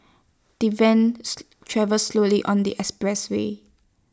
the van travelled slowly on the expressway